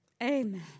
Amen